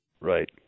Right